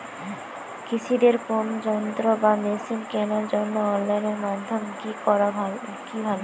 কৃষিদের কোন যন্ত্র বা মেশিন কেনার জন্য অনলাইন মাধ্যম কি ভালো?